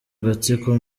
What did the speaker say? gatsiko